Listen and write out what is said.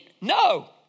no